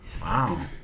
Wow